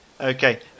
Okay